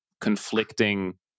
conflicting